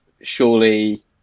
surely